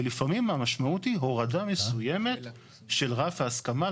ולפעמים המשמעות היא הורדה מסוימת של רף ההסכמה,